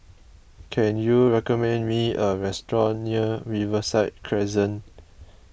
can you recommend me a restaurant near Riverside Crescent